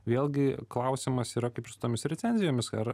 vėlgi klausimas yra kaip su tomis recenzijomis ir